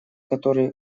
которые